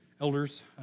Elders